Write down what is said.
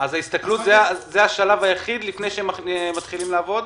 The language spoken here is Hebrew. אז ההסתכלות זה השלב היחיד לפני שהם מתחילים לעבוד?